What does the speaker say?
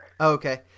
okay